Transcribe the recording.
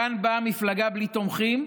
כאן באה מפלגה בלי תומכים,